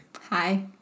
Hi